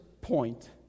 point